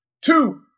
two